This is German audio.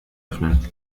öffnen